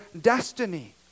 destiny